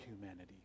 humanity